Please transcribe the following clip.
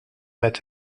met